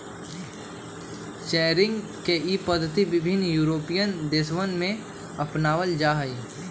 ranching के ई पद्धति विभिन्न यूरोपीयन देशवन में अपनावल जाहई